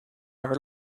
are